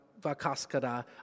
vakaskada